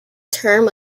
term